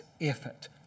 effort